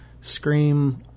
scream